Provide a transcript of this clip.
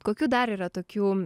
kokių dar yra tokių